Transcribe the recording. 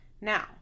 Now